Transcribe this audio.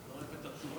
הוא לא נימק את התשובה.